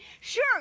Sure